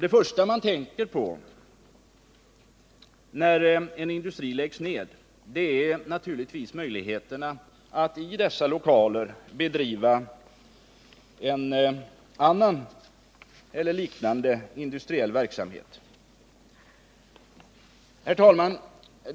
Det första man tänker på när en industri läggs ner är naturligtvis möjligheterna att i dess lokaler bedriva en annan eller liknande industriell verksamhet. Herr talman!